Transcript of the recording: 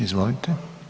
Izvolite.